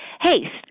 hey